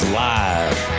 live